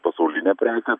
pasaulinė prekė